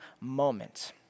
moment